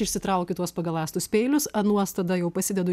išsitraukiu tuos pagaląstus peilius anuos tada jau pasidedu